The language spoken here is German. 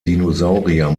dinosaurier